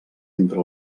entre